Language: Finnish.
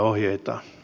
kiitoksia